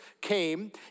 came